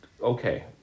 okay